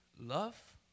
love